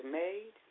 made